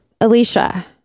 alicia